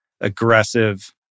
aggressive